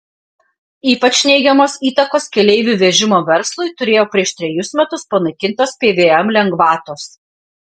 ypač neigiamos įtakos keleivių vežimo verslui turėjo prieš trejus metus panaikintos pvm lengvatos